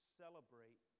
celebrate